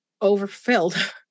overfilled